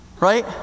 Right